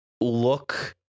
look